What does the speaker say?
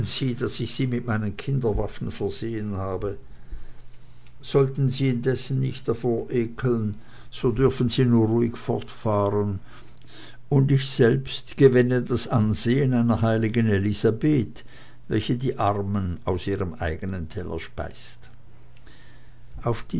daß ich sie mit meinen kinderwaffen versehen habe sollten sie indessen nicht davor ekeln so dürften sie nur ruhig fortfahren und ich selbst gewänne das ansehen einer heiligen elisabeth welche die armen aus ihrem eigenen teller speist auf